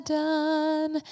done